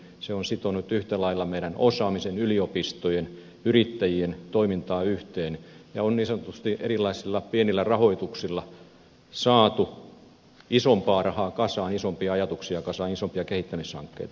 se on sitonut yhtä lailla meidän osaamisen yliopistojen yrittäjien toimintaa yhteen ja on niin sanotusti erilaisilla pienillä rahoituksilla saatu isompaa rahaa kasaan isompia ajatuksia kasaan isompia kehittämishankkeita